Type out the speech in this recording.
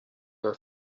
are